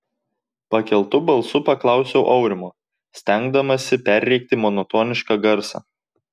pakeltu balsu paklausiau aurimo stengdamasi perrėkti monotonišką garsą